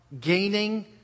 gaining